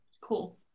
Cool